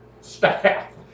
staff